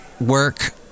work